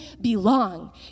belong